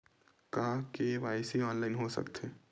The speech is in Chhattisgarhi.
का के.वाई.सी ऑनलाइन हो सकथे?